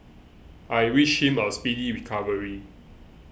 I wish him a speedy recovery